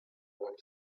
want